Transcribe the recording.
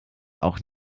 auch